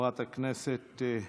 חברת הכנסת יאסין,